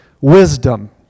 wisdom